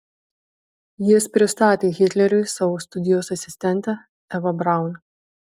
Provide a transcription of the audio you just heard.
jis pristatė hitleriui savo studijos asistentę evą braun